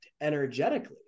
energetically